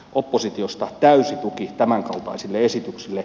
oppositiosta täysi tuki tämänkaltaisille esityksille